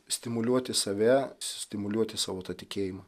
stimuliuoti save stimuliuoti savo tą tikėjimą